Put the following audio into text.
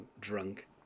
drunk